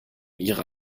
ihre